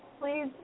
Please